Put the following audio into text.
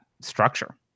structure